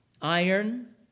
iron